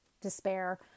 despair